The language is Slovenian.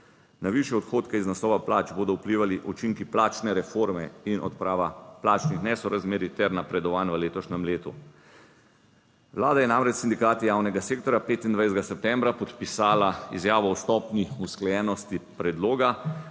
Na višje odhodke iz naslova plač bodo vplivali učinki plačne reforme in odprava plačnih nesorazmerij ter napredovanj v letošnjem letu. Vlada je namreč s sindikati javnega sektorja 25. septembra podpisala izjavo o stopnji **6.